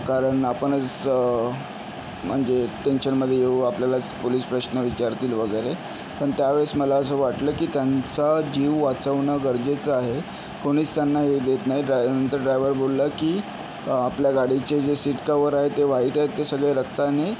कारण आपणच म्हणजे टेंशनमधे येऊ आपल्यालाच पुलिस प्रश्न विचारतील वगैरे पण त्या वेळेस मला असं वाटलं की त्यांचा जीव वाचवणं गरजेचं आहे कोणीच त्यांना हे देत नाही ड्रा नंतर ड्रायवर बोलला की आपल्या गाडीचे जे सीट कवर आहे ते व्हाइट आहेत ते सगळे रक्तानी